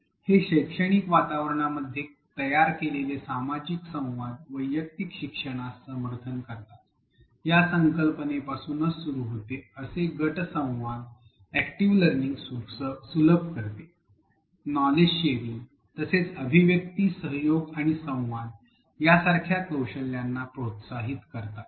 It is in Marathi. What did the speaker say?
हे शैक्षणिक वातावरणामध्ये तयार केलेले सामाजिक संवाद वैयक्तिक शिक्षणास समर्थन करतात या कल्पनेपासून सुरू होते असे गट संवाद अॅक्टिव लर्निंग सुलभ करते नॉलेज शेअरिंग तसेच अभिव्यक्ती सहयोग आणि संवाद यासारख्या कौशल्यांना प्रोत्साहित करतात